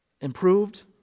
improved